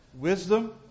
Wisdom